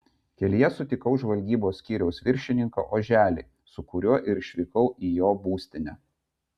kelyje sutikau žvalgybos skyriaus viršininką oželį su kuriuo ir išvykau į jo būstinę